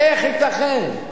איך ייתכן?